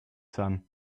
sun